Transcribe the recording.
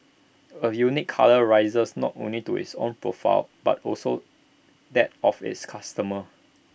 A unique colour raises not only to its own profile but also that of its customers